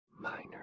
minor